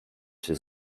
się